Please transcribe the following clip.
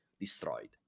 destroyed